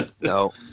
no